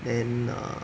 and err